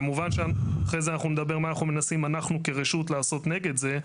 כמובן שאחר כך נדבר מה אנחנו מנסים כרשות לעשות נגד זה,